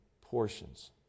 portions